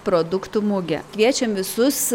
produktų mugę kviečiam visus